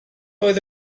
oedd